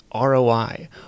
ROI